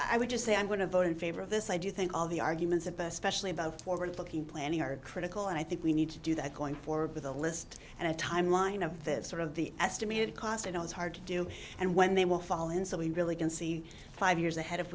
i would just say i'm going to vote in favor of this i do think all the arguments of the specially about forward looking planning are critical and i think we need to do that going forward with a list and a timeline of that sort of the estimated cost i know it's hard to do and when they will fall in so we really can see five years ahead if